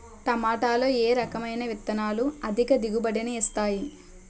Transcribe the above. టమాటాలో ఏ రకమైన విత్తనాలు అధిక దిగుబడిని ఇస్తాయి